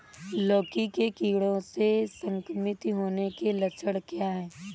लौकी के कीड़ों से संक्रमित होने के लक्षण क्या हैं?